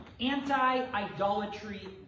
anti-idolatry